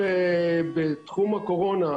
בתחום הקורונה,